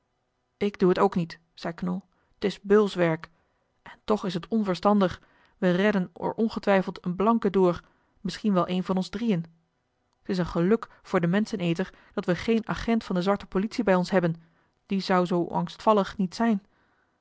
ik doe het ook niet zei knol t is beulswerk en toch is het onverstandig we redden er ongetwijfeld een blanke door misschien wel een van ons drieën t is een geluk voor den menscheneter dat we geen agent van de zwarte politie bij ons hebben die zou zoo angstvallig niet zijn